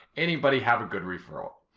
anybody have a good referral?